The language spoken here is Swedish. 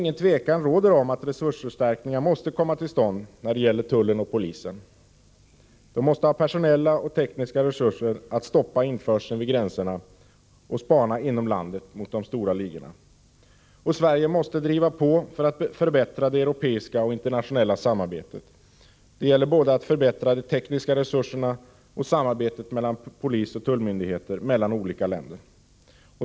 Inget tvivel råder om att resursförstärkningar måste komma till stånd när det gäller tullen och polisen. De måste ha personella och tekniska resurser att stoppa införseln vid gränserna och spana inom landet mot de stora ligorna. Sverige måste driva på för att förbättra det europeiska och internationella samarbetet. Det gäller både att förbättra de tekniska resurserna och samarbetet mellan polis och tullmyndigheter mellan olika länder.